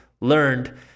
learned